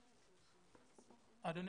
אמיצה.